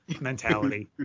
mentality